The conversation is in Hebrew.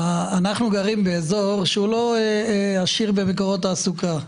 אנחנו גרים באזור שאינו עשיר במקומות תעסוקה.